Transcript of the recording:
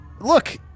Look